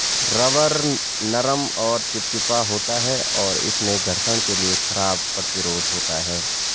rubber नरम और चिपचिपा होता है, और इसमें घर्षण के लिए खराब प्रतिरोध होता है